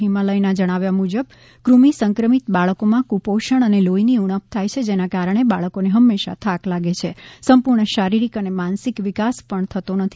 હિમાલયના જણાવ્યા મુજબ ફ્રમિ સંક્રમિત બાળકોમાં કુપોષણ અને લોફીની ઊણપ થાય છે જેના કારણે બાળકોને હંમેશા થાક લાગે છે સંપૂર્ણ શારીરિક અને માનસિક વિકાસ પૂર્ણપણે થતો નથી